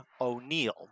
O'Neill